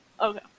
Okay